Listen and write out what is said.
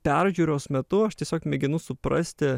peržiūros metu aš tiesiog mėginu suprasti